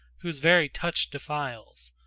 whose very touch defiles,